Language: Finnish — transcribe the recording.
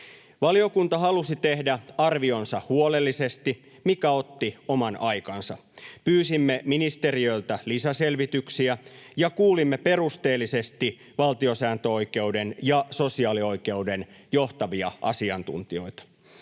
Valiokunta halusi tehdä arvionsa huolellisesti, mikä otti oman aikansa. Pyysimme ministeriöltä lisäselvityksiä, ja kuulimme perusteellisesti valtiosääntöoikeuden ja sosiaalioikeuden johtavia asiantuntijoita.